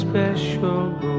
special